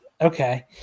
okay